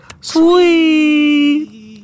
Sweet